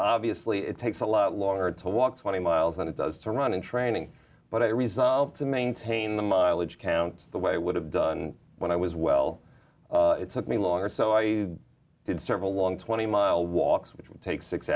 obviously it takes a lot longer to walk twenty miles than it does to run in training but i resolved to maintain the mileage counts the way i would have done when i was well it's like me longer so i did serve a long twenty mile walk which would take six